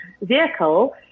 vehicle